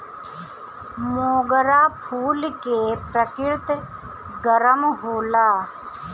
मोगरा फूल के प्रकृति गरम होला